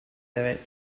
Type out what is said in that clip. deve